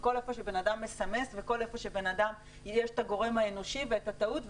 וכל איפה שבן אדם מסמס וכל איפה שיש את הגורם האנושי ואת הטעות,